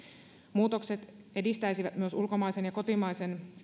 muutokset edistäisivät myös ulkomaisten ja